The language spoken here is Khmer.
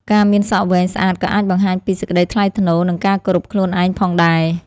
ការមានសក់វែងស្អាតក៏អាចបង្ហាញពី សេចក្តីថ្លៃថ្នូរ និងការគោរពខ្លួនឯង ផងដែរ។